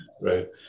right